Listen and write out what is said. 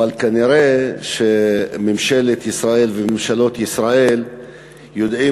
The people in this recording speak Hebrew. אבל כנראה ממשלת ישראל וממשלות ישראל יודעות